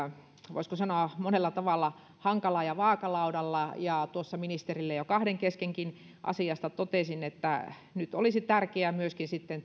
voisiko sanoa monella tavalla hankala ja vaakalaudalla tuossa ministerille jo kahden keskenkin asiasta totesin että nyt olisi tärkeää myöskin